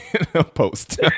post